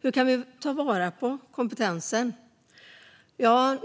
Hur kan vi ta vara på kompetensen?